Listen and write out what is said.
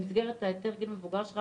במסגרת היתר הגיל המבוגר שלך,